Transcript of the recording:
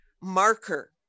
marker